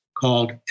called